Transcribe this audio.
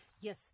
Yes